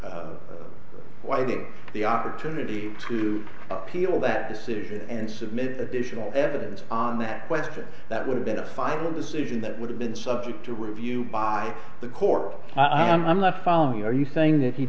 whiting the opportunity to appeal that decision and submit additional evidence on that question that would have been a final decision that would have been subject to review by the court i'm left following are you saying that he